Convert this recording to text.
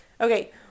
Okay